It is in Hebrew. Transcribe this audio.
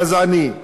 הותקף על רקע גזעני,